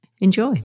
Enjoy